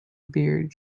beard